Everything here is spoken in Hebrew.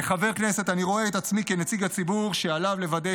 כחבר כנסת אני רואה את עצמי כנציג ציבור שעליו לוודא